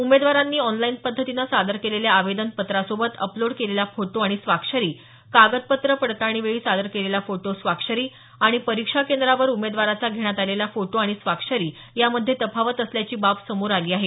उमेदवारांनी ऑनलाईन पध्दतीने सादर केलेल्या आवेदन पत्रासोबत अपलोड केलेला फोटो आणि स्वाक्षरी कागदपत्र पडताळणीवेळी सादर केलेला फोटो स्वाक्षरी आणि परीक्षा केंद्रावर उमेदवाराचा घेण्यात आलेला फोटो आणि स्वाक्षरी यामध्ये तफावत असल्याची बाब समोर आली आहे